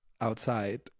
outside